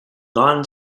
non